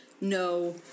no